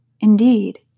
Indeed